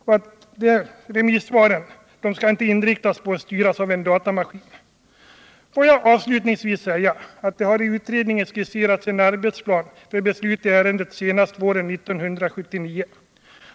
Och remissvaren skall inte styras av en datamaskin. Får jag avslutningsvis säga att det har i utredningen skisserats en arbetsplan för beslut i ärendet senast våren 1979.